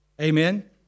amen